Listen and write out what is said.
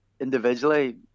individually